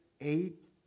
eight